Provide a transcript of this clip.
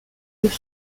coups